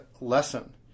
lesson